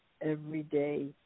everyday